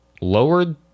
lowered